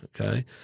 Okay